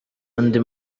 andi